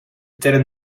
term